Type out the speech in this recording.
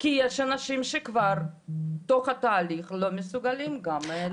כי יש אנשים שכבר בתוך התהליך לא מסוגלים גם ל